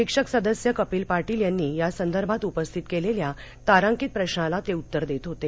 शिक्षक सदस्य कपिल पाटील यांनी यासंदर्भात उपस्थित केलेल्या तारांकित प्रशाला ते उत्तर देत होते